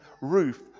roof